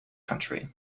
country